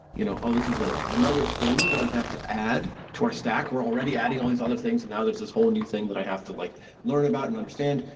you know oh, this is ah another thing that we have to add to our stack. we're already adding all these other things, and now there's this whole and thing that i have to like learn about and understand.